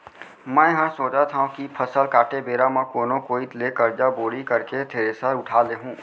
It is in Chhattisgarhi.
मैं हर सोचत हँव कि फसल काटे बेरा म कोनो कोइत ले करजा बोड़ी करके थेरेसर उठा लेहूँ